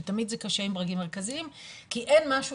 שתמיד זה קשה עם ברגים מרכזיים כי אין משהו